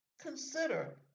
Consider